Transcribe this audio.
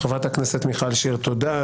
חברת הכנסת מיכל שיר, תודה.